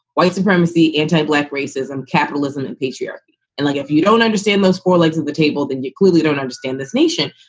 white supremacy, anti black racism, capitalism and patriarchy. and like if you don't understand those four legs of the table, then you clearly don't understand this nation.